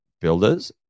builders